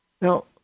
Now